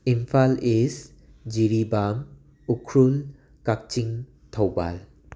ꯏꯝꯐꯥꯜ ꯏꯁ ꯖꯤꯔꯤꯕꯥꯝ ꯎꯈ꯭ꯔꯨꯜ ꯀꯥꯛꯆꯤꯡ ꯊꯧꯕꯥꯜ